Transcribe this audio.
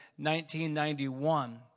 1991